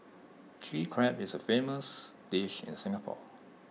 Chilli Crab is A famous dish in Singapore